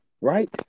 right